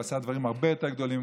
הוא עשה דברים הרבה יותר גדולים.